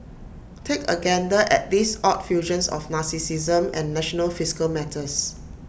take A gander at these odd fusions of narcissism and national fiscal matters